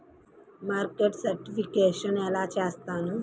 Market certification ఎలా చేస్తారు?